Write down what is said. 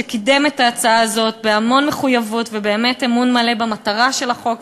שקידם את ההצעה הזאת בהמון מחויבות ובאמת הביע אמון מלא במטרה של החוק,